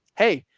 hey,